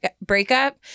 breakup